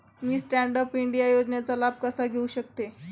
मी stand up India योजनेचा लाभ कसा घेऊ शकते